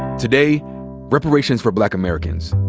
today reparations for black americans.